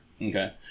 Okay